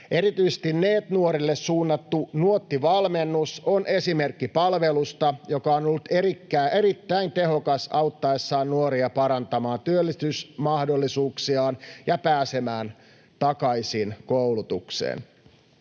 Erityisesti NEET-nuorille suunnattu Nuotti-valmennus on esimerkki palvelusta, joka on ollut erittäin tehokas auttaessaan nuoria parantamaan työllistymismahdollisuuksiaan ja pääsemään takaisin koulutukseen.